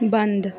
बंद